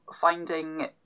finding